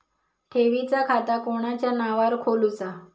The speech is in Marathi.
ठेवीचा खाता कोणाच्या नावार खोलूचा?